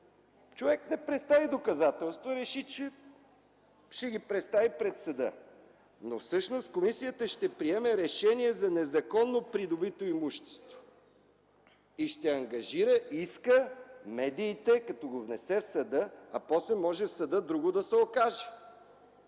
човек да представи доказателства и реши, че ще ги представи пред съда. Но всъщност комисията ще приеме решение за незаконно придобито имущество и ще ангажира иска, медиите, като го внесе в съда, а после в съда може да се окаже